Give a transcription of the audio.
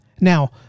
Now